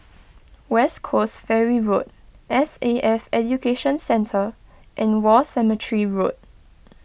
West Coast Ferry Road S A F Education Centre and War Cemetery Road